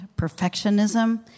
perfectionism